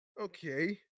Okay